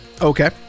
okay